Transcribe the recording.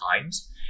times